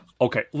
Okay